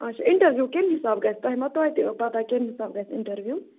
اَچھا اِنٹَروِو کَمہِ حساب گژھِ تۄہہِ ما توتہِ پَتاہ کَمہِ حساب گژھِ اِنٹَروِو